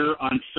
on